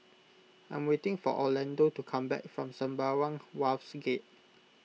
I am waiting for Orlando to come back from Sembawang Wharves Gate